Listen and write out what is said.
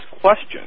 question